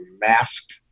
masked